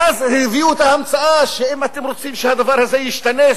ואז הביאו את ההמצאה שאם אתם רוצים שהדבר הזה ישתנה,